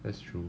that's true